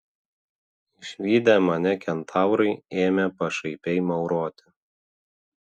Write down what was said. išvydę mane kentaurai ėmė pašaipiai mauroti